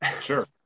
Sure